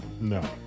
No